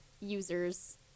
users